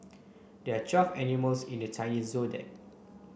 there are twelve animals in the Chinese Zodiac